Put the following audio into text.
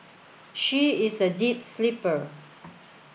she is a deep sleeper